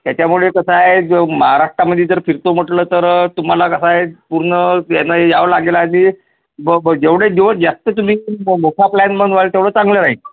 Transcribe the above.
त्याच्यामुळे कसं आहे ज महाराष्ट्रामध्ये जर फिरतो म्हटलं तर तुम्हाला कसं आहे पूर्ण येणं यावं लागेल आणि ब जेवढे दिवस जास्त तुम्ही म मोठा प्लॅन बनवाल तेवढं चांगलं राहील